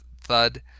thud